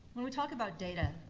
when we talk about data,